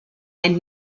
and